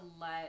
let